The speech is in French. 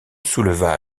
souleva